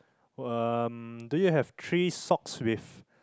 um do you have three socks with